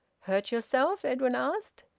hurt yourself? edwin asked.